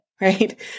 right